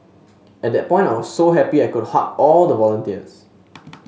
at that point I was so happy I could hug all the volunteers